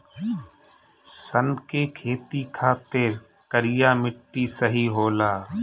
सन के खेती खातिर करिया मिट्टी सही होला